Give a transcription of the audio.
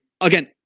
again